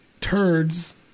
turds